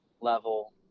level